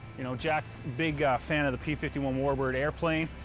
you know, jack's a big fan of the p fifty one warbird airplane.